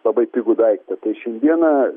labai pigų daiktą tai šiandieną